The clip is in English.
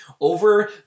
Over